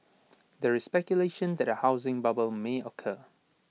there is speculation that A housing bubble may occur